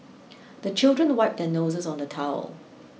the children wipe their noses on the towel